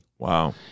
Wow